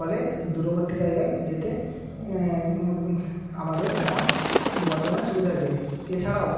ফলে দূরবর্তী জায়গায় যেতে আমাদের এখন বর্তমানে সুবিধা হয়েছে এছাড়াও